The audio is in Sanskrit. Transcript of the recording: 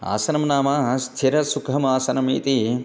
आसनं नाम स्थिरसुखमासनम् इति